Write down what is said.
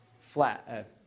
flat